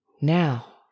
Now